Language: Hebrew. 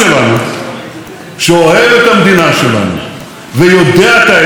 שאוהב את המדינה שלנו ויודע את האמת עליה,